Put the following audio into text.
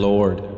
Lord